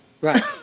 Right